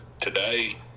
today